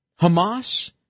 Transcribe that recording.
Hamas